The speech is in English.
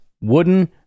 Wooden